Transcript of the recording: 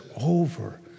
over